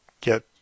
get